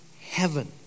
heaven